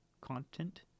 content